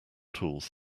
tools